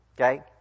Okay